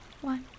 one